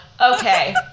Okay